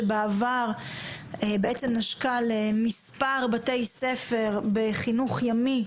שבעבר בעצם נשקה למספר בתי ספר בחינוך ימי,